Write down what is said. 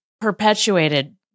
perpetuated